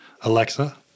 Alexa